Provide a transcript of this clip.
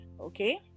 okay